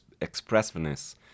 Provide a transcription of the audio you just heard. expressiveness